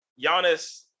Giannis